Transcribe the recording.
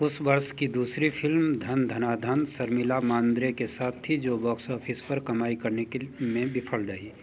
उस वर्ष की दूसरी फिल्म धन धना धन शर्मिला मांद्रे के साथ थी जो बॉक्स ऑफिस पर कमाई करने के में विफल रही